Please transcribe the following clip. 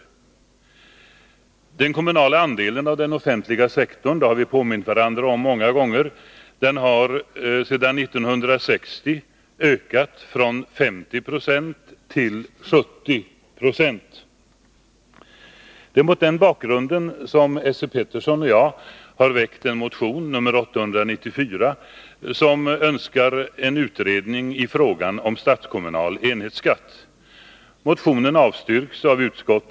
Den kommunala andelen av den offentliga sektorn — det har vi påmint varandra om många gånger — har sedan 1960 ökat från 50 2 till 70 26. Det är mot denna bakgrund som Esse Petersson och jag har väckt en motion, nr 894, i vilken vi önskar en utredning i frågan om statskommunal enhetsskatt. Motionen avstyrks av utskottet.